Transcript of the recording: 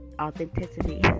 authenticity